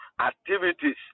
activities